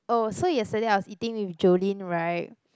oh so yesterday I was eating with Jolene right